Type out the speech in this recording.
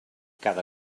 cada